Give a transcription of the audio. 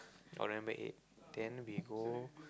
november eight then we go